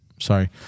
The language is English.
Sorry